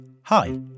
Hi